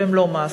והם לא מאסרים.